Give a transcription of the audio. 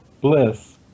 bliss